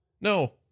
No